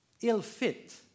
ill-fit